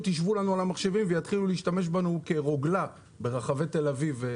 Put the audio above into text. ישבו לנו על המחשבים ויתחילו להשתמש בנו כרוגלה ברחבי תל אביב.